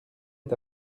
est